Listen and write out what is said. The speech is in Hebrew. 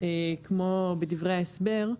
כמו בדברי ההסבר,